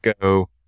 go